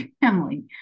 family